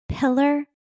Pillar